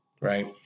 right